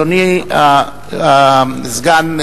אדוני הסגן,